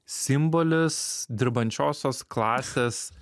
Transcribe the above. simbolis dirbančiosios klasės